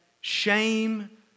shame